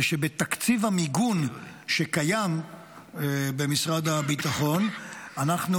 זה שבתקציב המיגון שקיים במשרד הביטחון אנחנו